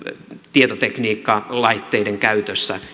tietotekniikkalaitteiden käytössä